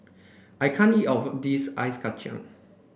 I can't eat all of this Ice Kacang